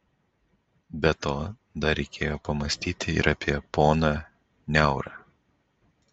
be to dar reikėjo pamąstyti ir apie poną niaurą